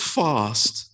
fast